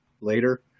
later